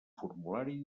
formulari